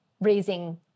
raising